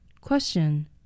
question